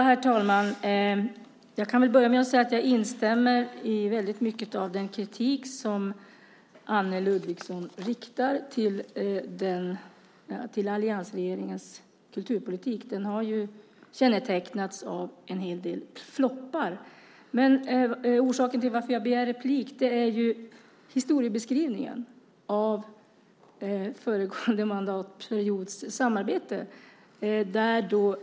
Herr talman! Jag kan börja med att säga att jag instämmer i väldigt mycket av den kritik som Anne Ludvigsson riktar mot alliansregeringens kulturpolitik. Den har ju kännetecknats av en hel del floppar. Men orsaken till att jag begär replik är historieskrivningen när det gäller föregående mandatperiods samarbete.